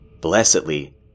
Blessedly